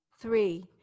Three